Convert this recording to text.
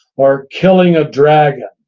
or killing a dragon.